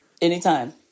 Anytime